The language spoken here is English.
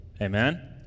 amen